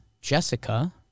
Jessica